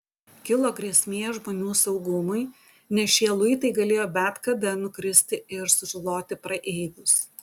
kilo grėsmė žmonių saugumui nes šie luitai galėjo bet kada nukristi ir sužaloti praeivius